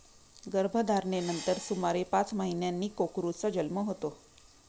गर्भधारणेनंतर सुमारे पाच महिन्यांनी कोकरूचा जन्म होतो